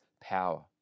power